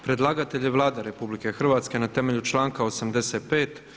Predlagatelj je Vlada RH na temelju članka 85.